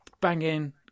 banging